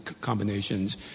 combinations